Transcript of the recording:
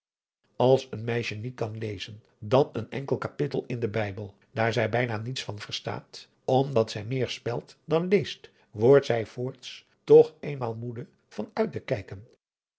als een meisje niet kan lezen dan een enkel kapittel in den bijbel daar zij bijna niets van verstaat omdat zij meer spelt dan leest wordt zij voorts toch eenmaal moede van uit te kijken